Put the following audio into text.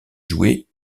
jouets